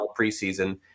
preseason